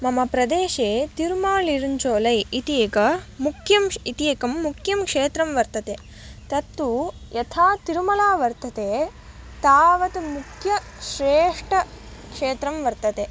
मम प्रदेशे तिरुमानिरुञ्चोलै इति एकं मुक्यम् इति एकं मुक्यं क्षेत्रं वर्तते तत्तु यथा तिरुमला वर्तते तावत् मुक्य श्रेष्ठक्षेत्रं वर्तते